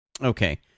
Okay